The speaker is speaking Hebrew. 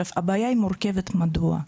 הבעיה היא מורכבת, מדוע?